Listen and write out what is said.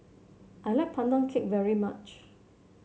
I like Pandan Cake very much